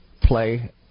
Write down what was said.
play